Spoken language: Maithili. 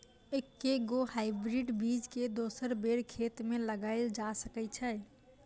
एके गो हाइब्रिड बीज केँ दोसर बेर खेत मे लगैल जा सकय छै?